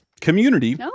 community